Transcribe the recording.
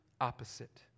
opposite